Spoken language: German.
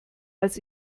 als